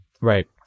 Right